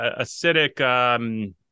acidic